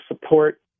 support